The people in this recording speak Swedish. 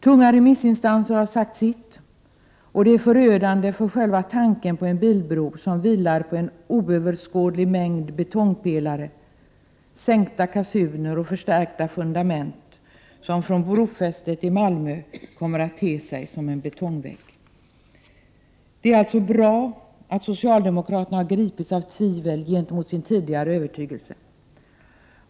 Tunga remissinstanser har sagt sitt, och det är förödande för själva tanken på en bilbro, som vilar på en oöverskådlig mängd betongpelare, sänkta kassuner och förstärkta fundament, som från brofästet i Malmö kommer att te sig som en betongvägg. Det är alltså bra att socialdemokraterna gripits av tvivel gentemot sin tidigare övertygelse.